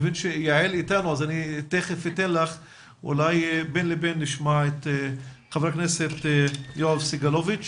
נשמע את חבר הכנסת יואב סגלוביץ',